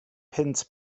punt